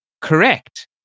Correct